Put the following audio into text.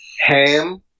ham